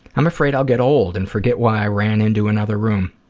i'm afraid i'll get old and forget why i ran into another room.